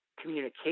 communication